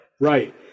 Right